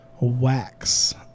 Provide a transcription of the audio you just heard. wax